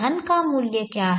धन का मूल्य क्या है